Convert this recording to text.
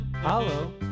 Hello